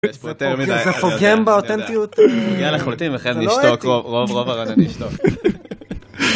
וזה פוגם באותנטיות.